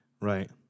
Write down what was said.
Right